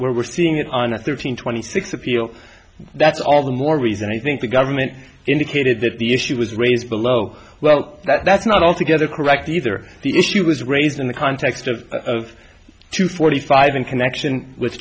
t we're seeing it on a thirteen twenty six appeal that's all the more reason i think the government indicated that the issue was raised below well that's not altogether correct either the issue was raised in the context of two forty five in connection with